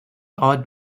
odd